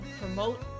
promote